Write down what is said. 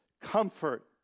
comfort